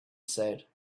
said